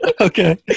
okay